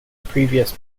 previous